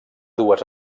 dues